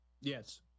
Yes